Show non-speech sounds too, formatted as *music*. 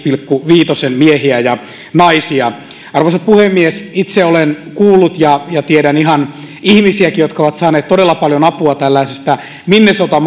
*unintelligible* pilkku viiden prosentin miehiä ja naisia arvoisa puhemies itse olen kuullut ja ja tiedän ihan ihmisiäkin jotka ovat saaneet todella paljon apua tällaisesta minnesota *unintelligible*